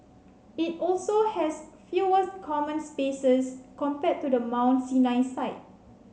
it also has fewer common spaces compared to the Mount Sinai site